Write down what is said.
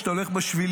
כשאתה הולך בשבילים,